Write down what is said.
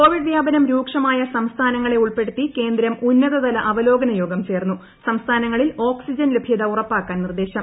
Covid വ്യാപനം രൂക്ഷ്മായ സംസ്ഥാനങ്ങളെ ഉൾപ്പെടുത്തി ന് കേന്ദ്രം ഉന്നതതലി അവലോകന യോഗം ചേർന്നു സംസ്ഥാനങ്ങളിൽ ഓക്സിജൻ ലഭൃത ഉറപ്പാക്കാൻ നിർദ്ദേശം